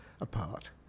apart